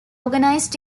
organized